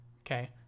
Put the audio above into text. okay